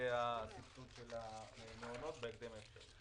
לגבי הסבסוד של המעונות בהקדם האפשרי.